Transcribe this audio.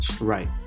right